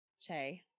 Che